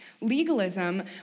Legalism